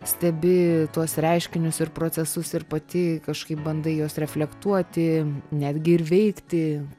stebi tuos reiškinius ir procesus ir pati kažkaip bandai juos reflektuoti netgi ir veikti